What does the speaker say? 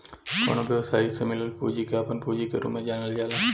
कवनो व्यवसायी के से मिलल पूंजी के आपन पूंजी के रूप में जानल जाला